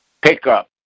pickup